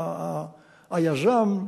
היזם,